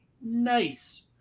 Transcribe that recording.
Nice